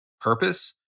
purpose